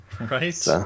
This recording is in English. Right